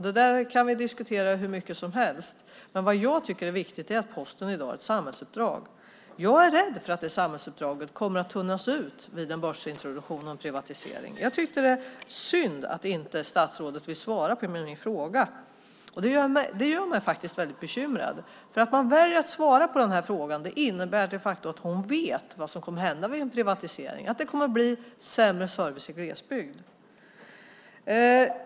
Det där kan vi diskutera hur mycket som helst, men vad jag tycker är viktigt är att Posten i dag har ett samhällsuppdrag. Jag är rädd för att det samhällsuppdraget kommer att tunnas ut vid en börsintroduktion och en privatisering. Det är synd att statsrådet inte vill svara på min fråga. Det gör mig väldigt bekymrad. Hon vet de facto vad som kommer att hända vid en privatisering, att det kommer att bli sämre service i glesbygd.